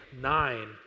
nine